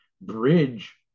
bridge